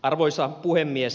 arvoisa puhemies